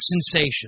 sensation